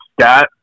Scott